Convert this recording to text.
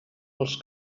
els